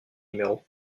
numéro